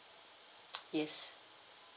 yes